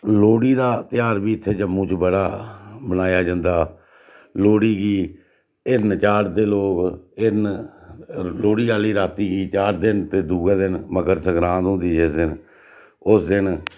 लोह्ड़ी दा ध्यार बी इत्थें जम्मू च बड़ा मनाया जंदा लोह्ड़ी गी हिरन चाढ़दे लोग हिरन लोह्ड़ी आह्ली रातीं गी चाढ़दे न दुऐ दिन मकर संक्रात होंदी जिस दिन उस दिन